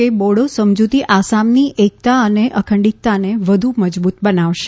કે બોડો સમજૂતી આસામની એકતા અને અખંડીતા ને વધુ મજબૂત બનાવશે